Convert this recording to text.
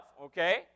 okay